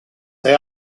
they